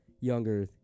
younger